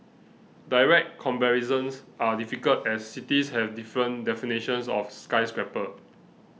direct comparisons are difficult as cities have different definitions of skyscraper